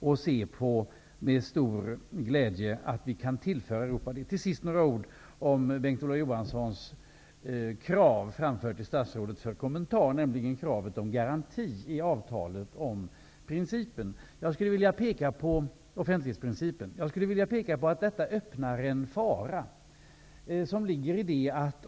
Vi skall med stor glädje se att vi kan tillföra Europa detta. Till sist några ord om Kurt Ove Johanssons krav, framförda till statsrådet för kommentar, nämligen kravet om garanti i avtalet om offentlighetsprincipen. Jag skulle vilja peka på att detta öppnar en fara.